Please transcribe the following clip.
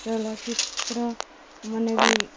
ଚଲଚିତ୍ରମନେ ବି